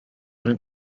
been